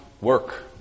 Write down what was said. work